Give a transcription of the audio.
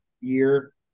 year